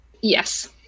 Yes